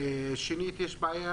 יש בעיה